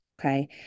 Okay